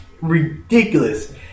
ridiculous